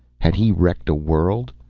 had he wrecked a world?